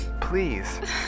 Please